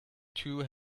two